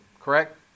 Correct